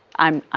i'm i'm